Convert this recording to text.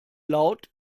laut